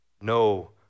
no